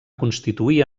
constituir